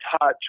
touch